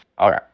Okay